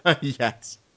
Yes